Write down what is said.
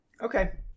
Okay